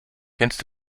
kennst